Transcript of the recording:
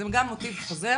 זה גם מוטיב חוזר.